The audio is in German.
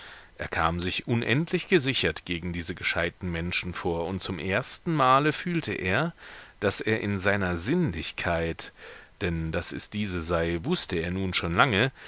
er kam sich unendlich gesichert gegen diese gescheiten menschen vor und zum ersten male fühlte er daß er in seiner sinnlichkeit denn daß es diese sei wußte er nun schon lange